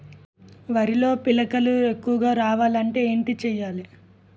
వరిలో పిలకలు ఎక్కువుగా రావాలి అంటే ఏంటి చేయాలి?